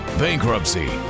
bankruptcy